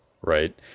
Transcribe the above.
right